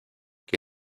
que